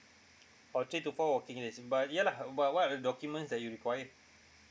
oh three to four working days but ya lah but what are the documents that you require